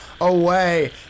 away